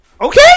Okay